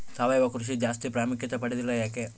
ಸಾವಯವ ಕೃಷಿ ಜಾಸ್ತಿ ಪ್ರಾಮುಖ್ಯತೆ ಪಡೆದಿಲ್ಲ ಯಾಕೆ?